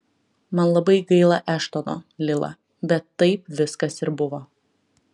man labai gaila eštono lila bet taip viskas ir buvo